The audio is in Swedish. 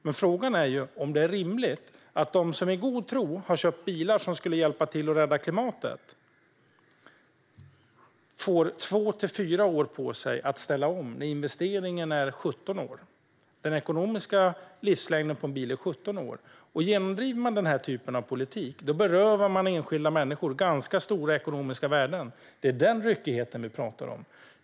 Men frågan är om det är rimligt att de som i god tro köpt bilar som skulle hjälpa till att rädda klimatet får 2-4 år på sig att ställa om, när investeringen är 17 år. Den ekonomiska livslängden på en bil är 17 år. Om man genomdriver denna typ av politik berövar man enskilda människor ganska stora ekonomiska värden. Det är den ryckigheten som vi pratar om.